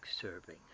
serving